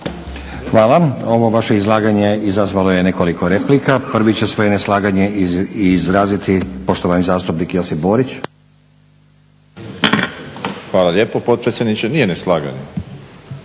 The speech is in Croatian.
Hvala. Ovo vaše izlaganje izazvalo je nekoliko replika. Prvi će svoje neslaganje izraziti poštovani zastupnik Josip Borić. **Borić, Josip (HDZ)** Hvala lijepo potpredsjedniče. Nije neslaganje,